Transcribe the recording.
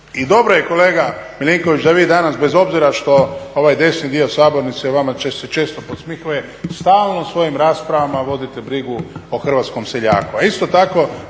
I dobro je kolega … da vi danas bez obzira što ovaj desni dio sabornice vama se često podsmjehuje, stalno u svojim raspravama vodite brigu o hrvatskom seljaku,